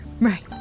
right